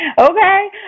okay